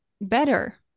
better